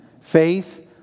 faith